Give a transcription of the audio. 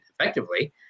effectively